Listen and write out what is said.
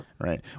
Right